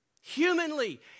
Humanly